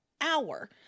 hour